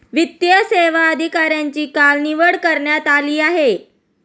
वित्तीय सेवा अधिकाऱ्यांची काल निवड करण्यात आली आहे